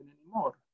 anymore